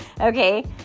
okay